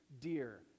dear